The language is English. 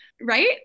Right